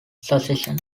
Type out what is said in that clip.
succession